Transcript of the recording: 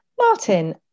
Martin